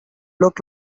look